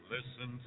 Listen